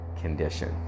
condition